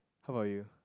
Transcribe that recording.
how about you